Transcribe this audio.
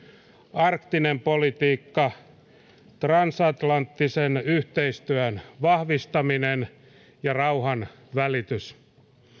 arktinen politiikka transatlanttisen yhteistyön vahvistaminen ja rauhanvälitys